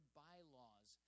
bylaws